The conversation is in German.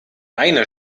eine